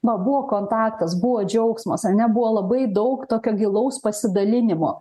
na buvo kontaktas buvo džiaugsmas ane buvo labai daug tokio gilaus pasidalinimo